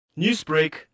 Newsbreak